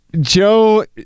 Joe